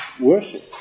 worship